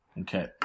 Okay